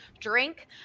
drink